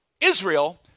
Israel